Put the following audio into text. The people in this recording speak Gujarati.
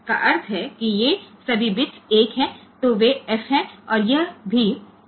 તો EFH એટલે આ બધા બિટ્સ 1 છે